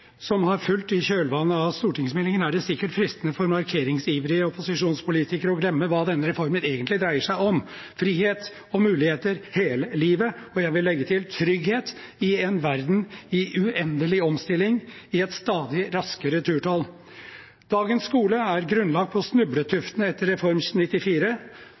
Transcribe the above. som har fulgt i kjølvannet av stortingsmeldingen, er det sikkert fristende for markeringsivrige opposisjonspolitikere å glemme hva denne reformen egentlig dreier seg om, nemlig frihet og muligheter hele livet, og jeg vil legge til: trygghet i en verden i uendelig omstilling i et stadig raskere turtall. Dagens skole er grunnlagt på snubletuftene etter Reform 94.